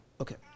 Okay